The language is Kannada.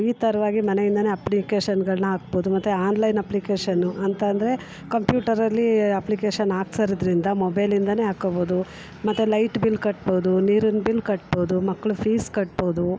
ಈ ಥರವಾಗಿ ಮನೆಯಿಂದಲೇ ಅಪ್ಲಿಕೇಶನ್ಗಳನ್ನು ಹಾಕ್ಬೋದು ಮತ್ತು ಆನ್ಲೈನ್ ಅಪ್ಲಿಕೇಶನ್ನು ಅಂತ ಅಂದರೆ ಕಂಪ್ಯೂಟರಲ್ಲಿ ಅಪ್ಲಿಕೇಶನ್ ಹಾಕ್ಸೋದ್ರಿಂದ ಮೊಬೈಲಿಂದಲೇ ಹಾಕ್ಕೊಬೋದು ಮತ್ತು ಲೈಟ್ ಬಿಲ್ ಕಟ್ಬೋದು ನೀರಿನ ಬಿಲ್ ಕಟ್ಬೋದು ಮಕ್ಳ ಫೀಸ್ ಕಟ್ಬೋದು